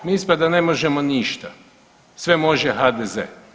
Mi ispada ne možemo ništa, sve može HDZ.